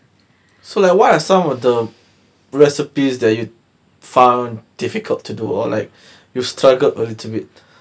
so like what are some of the recipes that you found difficult to do or like you struggled a little bit